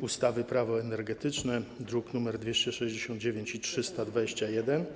ustawy - Prawo energetyczne, druki nr 269 i 321.